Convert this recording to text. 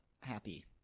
happy